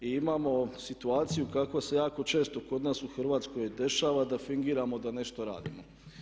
I imamo situaciju kako se jako često kod nas u Hrvatskoj dešava da fingiramo da nešto radimo.